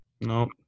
Nope